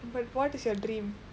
but what is your dream